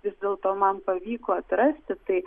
vis dėlto man pavyko atrasti tai